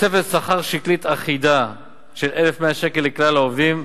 תוספת שכר שקלית אחידה של 1,100 שקל לכלל העובדים.